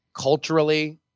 culturally –